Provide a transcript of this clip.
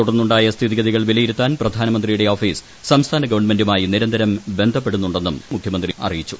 തുടർന്നുണ്ട്ടിയും സ്ഥിതിഗതികൾ വിലയിരുത്താൻ മഴയെ പ്രധാനമന്ത്രിയുടെ ഓഫീസ് സംസ്ഥാന ഗവൺമെന്റുമായി നിരന്തരം ബന്ധപ്പെടുന്നുണ്ടെന്നും അദ്ദേഹം അറിയിച്ചു